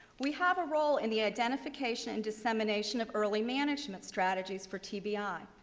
we have a role in the identification dissemination of early management strategies for tbi.